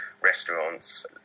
restaurants